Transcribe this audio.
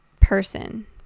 person